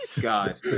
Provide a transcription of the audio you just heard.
God